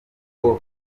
kuko